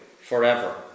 forever